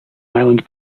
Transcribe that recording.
island